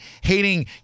hating